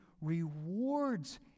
rewards